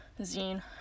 zine